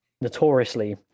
notoriously